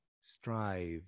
Strive